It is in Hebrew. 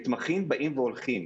מתמחים באים והולכים.